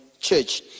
church